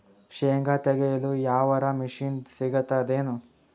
ಶೇಂಗಾ ತೆಗೆಯಲು ಯಾವರ ಮಷಿನ್ ಸಿಗತೆದೇನು?